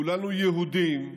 כולנו יהודים,